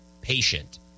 patient